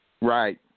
Right